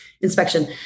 inspection